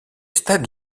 stades